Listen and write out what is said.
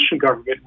government